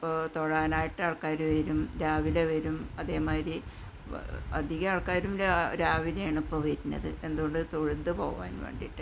ഇപ്പോൾ തൊഴാനായിട്ടാള്ക്കാർ വരും രാവിലെ വരും അതേമാതിരി അധിക ആള്ക്കാരും രാ രാവിലെയാണിപ്പോൾ വരുന്നത് എന്തു കൊണ്ടു തൊഴുതു പോകാന് വേണ്ടിയിട്ട്